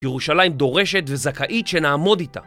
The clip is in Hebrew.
ירושלים דורשת וזכאית שנעמוד איתה